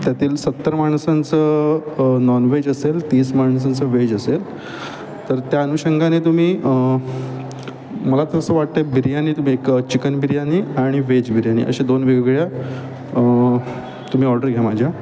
त्यातील सत्तर माणसांचं नॉनव्हेज असेल तीस माणसांचं वेज असेल तर त्या अनुषंगाने तुम्ही मला तसं वाटतं बिर्यानी ब् एक चिकन बिर्यानी आणि व्हेज बिर्यानी अशा दोन वेगवेगळ्या तुम्ही ऑर्डर घ्या माझ्या